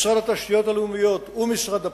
משרד התשתיות הלאומיות ומשרד הפנים,